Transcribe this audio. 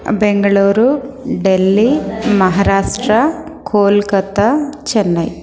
बेङ्गळूरुः देल्लिः महाराष्ट्रः कोलकत्ता चन्नै